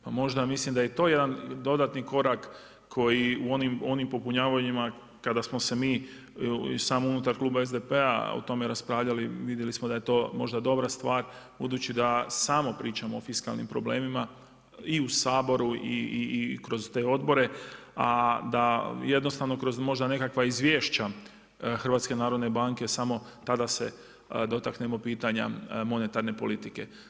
Pa možda mislim da je i to jedan dodatni korak koji u onim popunjavanjima kada smo se mi samo unutar kluba SDP-a o tome raspravljali, vidjeli smo da je to možda dobra stvar, budući da samo pričamo o fiskalnim problemima i u Saboru i kroz te odobre, a da jednostavno kroz možda nekakva izvješća HNB-a samo tada se dotaknemo pitanja monetarne politike.